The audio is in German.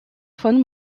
von